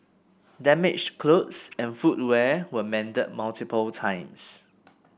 damaged clothes and footwear were mended multiple times